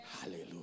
hallelujah